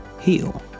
heal